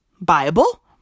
Bible